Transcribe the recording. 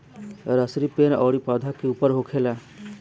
सरीसो पेड़ अउरी पौधा के ऊपर होखेला